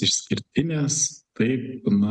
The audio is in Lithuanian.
išskirtinės taip na